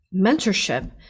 mentorship